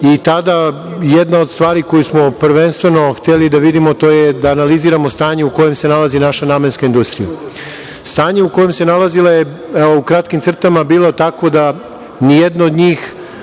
Tada jedna od stvari koju smo prvenstveno hteli da vidimo, to je da analiziramo stanje u kome se nalazi naša namenska industrija. Stanje u kome se nalazila je, evo, u kratkim crtama, bilo takvo da ni jedno od njih